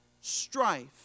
strife